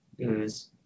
ooze